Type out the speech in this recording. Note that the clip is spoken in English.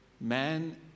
man